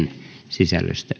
sisällöstä